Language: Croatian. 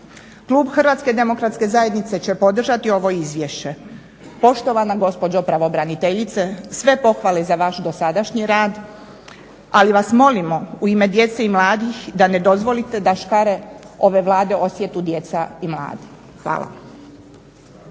Klub HDZ-a će podržati ovo izvješće. Poštovana gospođo pravobraniteljice, sve pohvale za vaš dosadašnji rad, ali vas molimo u ime djece i mladih da ne dozvolite da škare ove Vlade osjete djeca i mladi. Hvala.